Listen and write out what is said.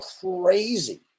crazy